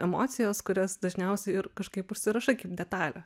emocijos kurias dažniausiai ir kažkaip užsirišai kaip detalę